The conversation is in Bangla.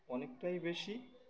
অনেকটাই বেশি